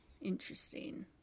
Interesting